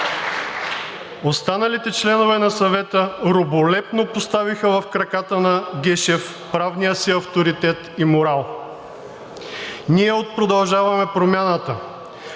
останалите членове на Съвета раболепно поставиха в краката на Гешев правния си авторитет и морал. Ние от „Продължаваме Промяната“